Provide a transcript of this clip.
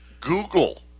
Google